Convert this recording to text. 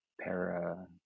para